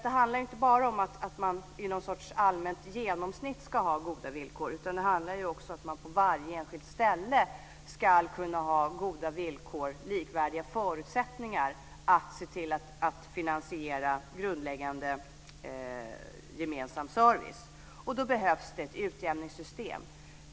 Det handlar ju inte bara om att man i någon sorts allmänt genomsnitt ska ha goda villkor, utan det handlar också om att man på varje enskilt ställe ska kunna ha goda villkor och likvärdiga förutsättningar för att finansiera grundläggande gemensam service. Då behövs ett utjämningssystem.